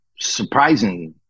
surprisingly